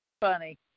funny